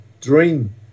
dream